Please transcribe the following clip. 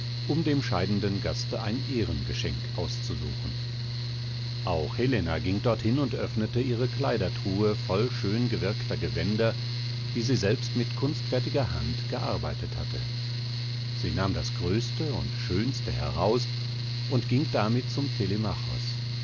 um dem scheidenden gaste ein ehrengeschenk auszusuchen auch helena ging dorthin und öffnete ihre kleidertruhe voll schön gewirkter gewänder die sie selbst mit kunstfertiger hand gearbeitet hatte sie nahm das größte und schönste heraus und ging damit zum